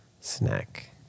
Snack